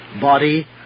body